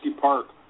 Park